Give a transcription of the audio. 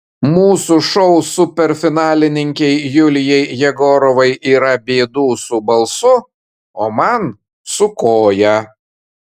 mūsų šou superfinalininkei julijai jegorovai yra bėdų su balsu o man su koja